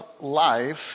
life